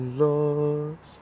lost